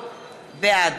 בעד